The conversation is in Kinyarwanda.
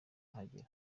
kuhagera